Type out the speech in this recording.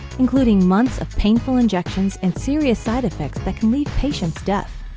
including months of painful injections and serious side effects that can leave patients deaf.